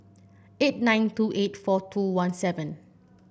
eight nine two eight four two one seven